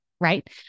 right